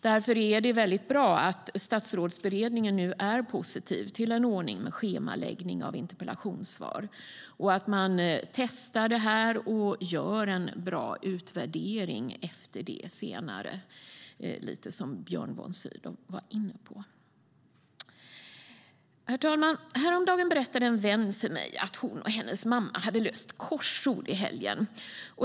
Därför är det väldigt bra att Statsrådsberedningen nu är positiv till en ordning med schemaläggning av interpellationssvar, att man testar detta och senare gör en bra utvärdering, vilket också Björn von Sydow var inne på. Herr talman! Häromdagen berättade en vän för mig att hon och hennes mamma hade löst korsord i helgen.